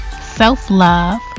self-love